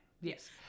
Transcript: Yes